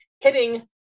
hitting